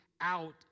out